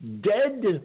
dead